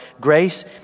grace